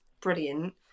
brilliant